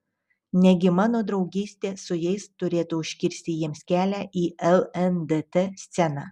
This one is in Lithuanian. negi mano draugystė su jais turėtų užkirsti jiems kelią į lndt sceną